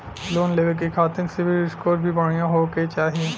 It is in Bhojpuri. लोन लेवे के खातिन सिविल स्कोर भी बढ़िया होवें के चाही?